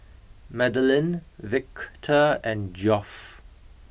Madelyn Victor and Geoff